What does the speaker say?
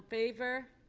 favor,